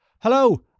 Hello